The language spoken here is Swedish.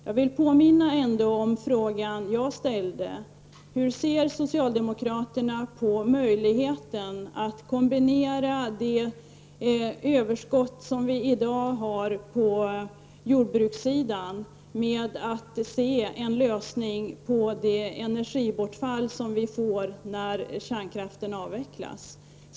Jag vill ändå påminna om den fråga som jag ställde, nämligen hur socialde mokraterna ser på möjligheten att kombinera det överskott som vi i dag har på jordbrukssidan med en lösning på det energibortfall som vi får när kärnkraften avvecklas.